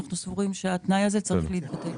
ואנחנו סבורים שהתנאי הזה צריך להתקיים.